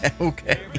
Okay